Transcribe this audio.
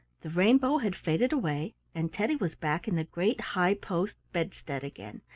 the rainbow had faded away, and teddy was back in the great high-post bedstead again,